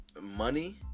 money